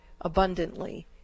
abundantly